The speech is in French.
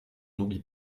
n’oublie